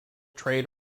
trade